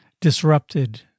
disrupted